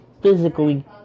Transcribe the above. physically